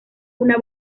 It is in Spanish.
una